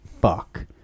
fuck